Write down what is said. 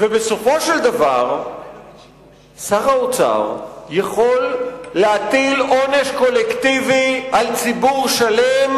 ובסופו של דבר שר האוצר יכול להטיל עונש קולקטיבי על ציבור שלם,